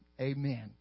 Amen